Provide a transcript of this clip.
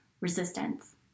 resistance